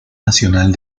nacional